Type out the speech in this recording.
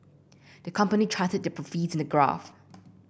the company charted the profits in a graph